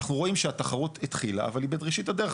אנחנו רואים שהתחרות התחילה, אבל היא בראשית הדרך.